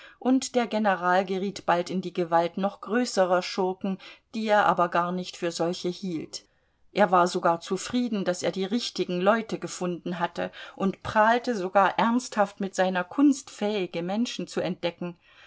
und der general geriet bald in die gewalt noch größerer schurken die er aber gar nicht für solche hielt er war sogar zufrieden daß er die richtigen leute gefunden hatte und prahlte sogar ernsthaft mit seiner kunst fähige menschen zu entdecken